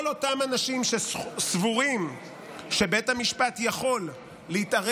כל אותם אנשים שסבורים שבית המשפט יכול להתערב